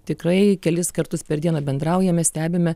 tikrai kelis kartus per dieną bendraujame stebime